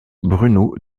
bruno